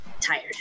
tired